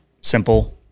simple